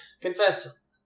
confess